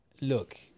Look